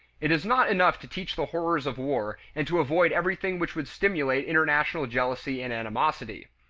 it is not enough to teach the horrors of war and to avoid everything which would stimulate international jealousy and animosity.